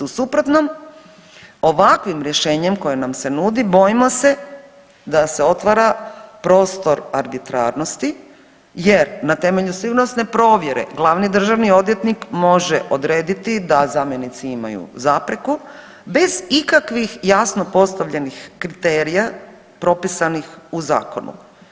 U suprotnom ovakvim rješenjem koje nam se nudi bojimo se da se otvara prostor arbitrarnosti jer na temelju sigurnosne provjere glavni državni odvjetnik može odrediti da zamjenici imaju zapreku bez ikakvih jasno postavljenih kriterija propisanih u zakonu.